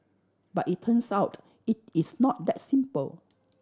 but it turns out it is not that simple